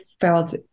felt